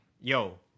yo